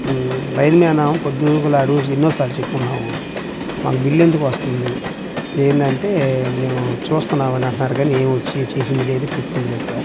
line man ఏమో పొద్దుగుకల ఆడు ఎన్నోసార్లు చెప్పి ఉన్నాము మాకు బిల్లు ఎందుకు వస్తుంది ఏందంటే మేం చూస్తున్నాం అండి అంటున్నారు కానీ ఏమొచ్చి చేసింది లేదు పెట్టింది లేదు సార్